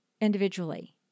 individually